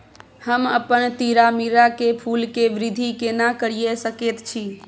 हम अपन तीरामीरा के फूल के वृद्धि केना करिये सकेत छी?